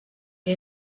que